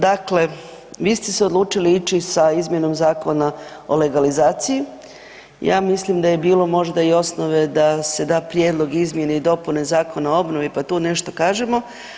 Dakle, vi ste se odlučili ići sa izmjenom Zakona o legalizaciji, ja mislim da je bilo možda i osnove da se da prijedlog izmjene i dopune Zakona o obnovi pa tu nešto kažemo.